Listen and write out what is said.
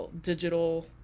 digital